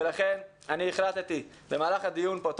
ולכן אני החלטתי במהלך הדיון פה,